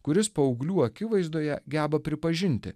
kuris paauglių akivaizdoje geba pripažinti